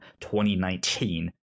2019